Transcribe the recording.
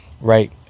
right